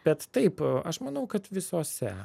bet taip aš manau kad visose